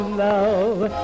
love